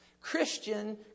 Christian